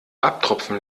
abtropfen